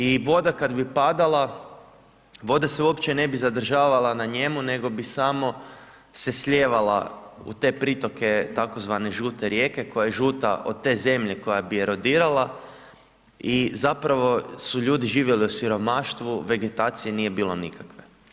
I voda kad bi padala, voda se uopće ne bi zadržavala na njemu nego bi samo se slijevala u te pritoke tzv. Žute rijeke koja je žuta od te zemlje koja bi erodirala i zapravo su ljudi živjeli u siromaštvu, vegetacije nije bilo nikakve.